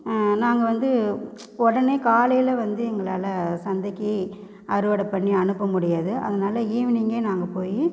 நாங்கள் வந்து உடனே காலையில் வந்து எங்களால் சந்தைக்கு அறுவடை பண்ணி அனுப்ப முடியாது அதனால ஈவினிங்கே நாங்கள் போய்